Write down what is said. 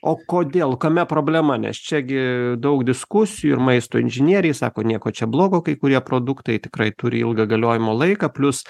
o kodėl kame problema nes čia gi daug diskusijų ir maisto inžinieriai sako nieko čia blogo kai kurie produktai tikrai turi ilgą galiojimo laiką plius